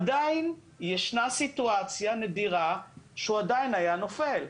עדיין ישנה סיטואציה נדירה שהוא עדיין היה נופל.